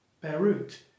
Beirut